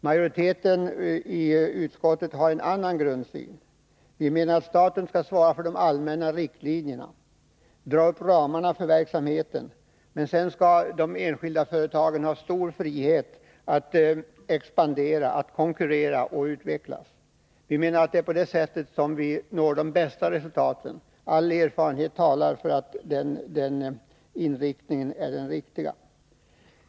Utskottsmajoriteten har en annan grundsyn. Vi menar att staten skall svara för de allmänna riktlinjerna, att staten skall fastställa ramarna för verksamheten. Men sedan skall de enskilda företagen ha stor frihet att expandera och konkurrera samt att utvecklas. Vi menar att det är på det sättet vi når de bästa resultaten. All erfarenhet talar för att den inriktningen är den riktiga.